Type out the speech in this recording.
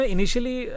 Initially